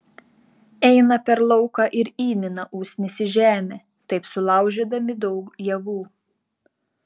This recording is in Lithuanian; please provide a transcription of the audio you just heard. eina per lauką ir įmina usnis į žemę taip sulaužydami daug javų